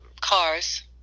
cars